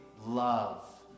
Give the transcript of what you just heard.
love